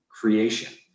creation